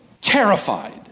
terrified